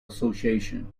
association